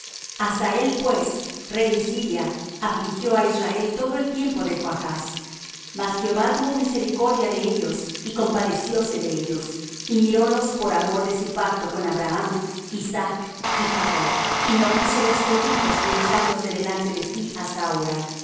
hazael pues rey de siria afligió á israel todo el tiempo de joachz mas jehová tuvo misericordia de ellos y compadecióse de ellos y mirólos por amor de su pacto con abraham isaac y jacob y no quiso destruirlos ni echarlos de delante de sí hasta ahora y